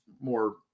more